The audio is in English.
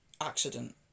accident